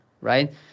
right